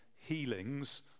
healings